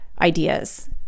ideas